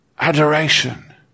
Adoration